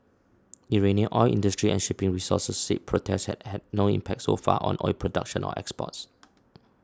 Iranian oil industry and shipping sources said protests have had no impact so far on oil production or exports